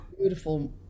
beautiful